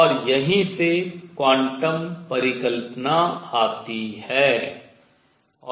और यहीं से क्वांटम परिकल्पना आती है